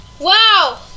Wow